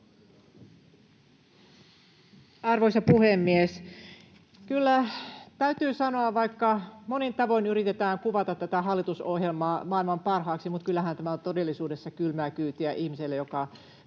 Arvoisa puhemies! Kyllä täytyy sanoa, että vaikka monin tavoin yritetään kuvata tätä hallitusohjelmaa maailman parhaaksi, niin kyllähän tämä todellisuudessa on kylmää kyytiä ihmiselle, joka